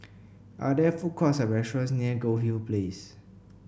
are there food courts or restaurants near Goldhill Place